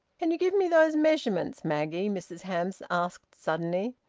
can you give me those measurements, maggie? mrs hamps asked suddenly.